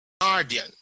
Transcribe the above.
guardian